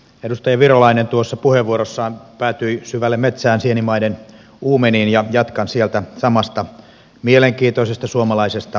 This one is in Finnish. edustaja virolainen tuossa puheenvuorossaan päätyi syvälle metsään sienimaiden uumeniin ja jatkan sieltä samasta mielenkiintoisesta suomalaisesta maisemasta